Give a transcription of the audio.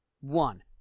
one